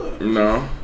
No